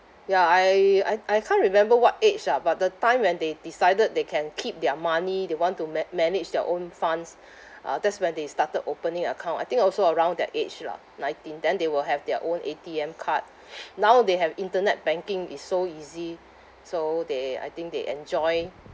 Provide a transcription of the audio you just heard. ya I I I can't remember what age ah but the time when they decided they can keep their money they want to ma~ manage their own funds uh that's when they started opening account I think also around that age lah nineteen then they will have their own A_T_M card now they have internet banking is so easy so they I think they enjoy